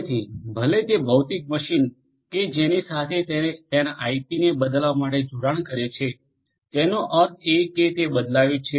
તેથી ભલે તે ભૌતિક મશીન કે જેની સાથે તે તેના આઇપીને બદલવા માટે જોડાણ કરે છે તેનો અર્થ એ કે તે બદલાય છે